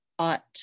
ought